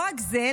לא רק זה,